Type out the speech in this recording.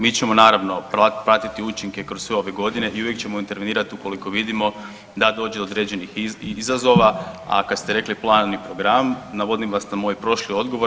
Mi ćemo naravno pratiti učinke kroz sve ove godine i uvijek ćemo intervenirati ukoliko vidimo da dođe do određenih izazova, a kada ste rekli plan i program navodim vas na moj prošli odgovor.